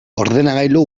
ordenagailu